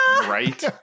Right